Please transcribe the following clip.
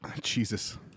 Jesus